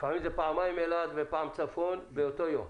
לפעמים זה פעמיים אילת ופעם צפון באותו יום.